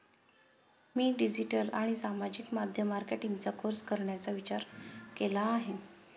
मी digital आणि सामाजिक माध्यम मार्केटिंगचा कोर्स करण्याचा विचार केला आहे